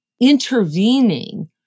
intervening